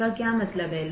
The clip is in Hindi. इसका क्या मतलब है